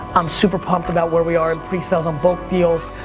i'm super pumped about where we are pre sales on both deals,